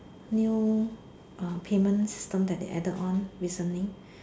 new um payment system that they added on recently